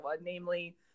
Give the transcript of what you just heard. namely